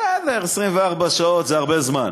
בסדר, 24 שעות זה הרבה זמן.